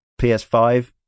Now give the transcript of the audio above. ps5